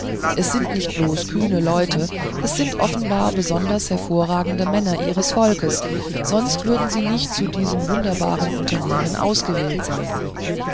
es sind nicht bloß kühne leute es sind offenbar besonders hervorragende männer ihres volkes sonst würden sie nicht zu diesem wunderbaren unternehmen ausgewählt sein